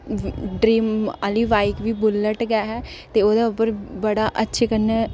ते मेरी ड्रीम आह्ली बाईक बी बुलेट गै ते ओह्दे उप्पर बड़ा अच्छे कन्नै